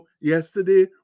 yesterday